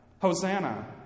Hosanna